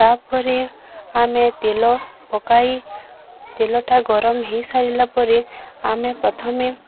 ତା'ପରେ ଆମେ ତେଲ ପକାଇ ତେଲଟା ଗରମ ହେଇସାରିଲା ପରେ ଆମେ ପ୍ରଥମେ